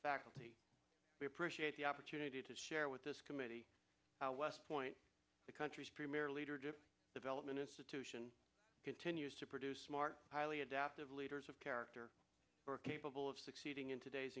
faculty we appreciate the opportunity to share with this committee how westpoint the country's premier leadership development institution continues to produce smart highly adaptive leaders of character were capable of succeeding in today's